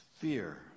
Fear